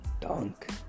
Dunk